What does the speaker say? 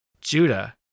Judah